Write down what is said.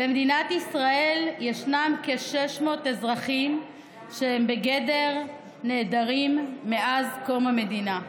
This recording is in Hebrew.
במדינת ישראל ישנם כ-600 אזרחים שהם בגדר נעדרים מאז קום המדינה.